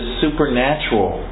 supernatural